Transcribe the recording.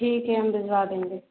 ठीक है हम दिलवा देंगे